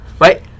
Right